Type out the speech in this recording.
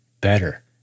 better